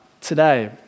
today